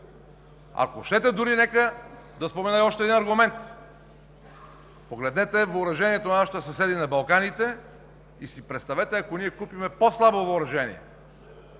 Ако щете дори нека да спомена и още един аргумент. Погледнете въоръжението на нашите съседи на Балканите и си представете, ако ние купим по-слабо въоръжение!